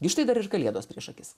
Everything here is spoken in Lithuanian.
gi štai dar ir kalėdos prieš akis